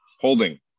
holding